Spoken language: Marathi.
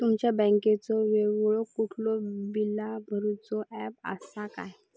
तुमच्या बँकेचो वेगळो कुठलो बिला भरूचो ऍप असा काय?